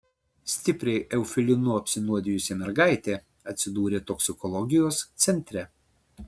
stipriai eufilinu apsinuodijusi mergaitė atsidūrė toksikologijos centre